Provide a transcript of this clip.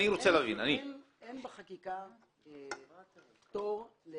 אין בחקיקה פטור.